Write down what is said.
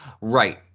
Right